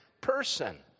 person